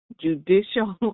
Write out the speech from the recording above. judicial